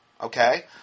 Okay